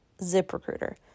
ZipRecruiter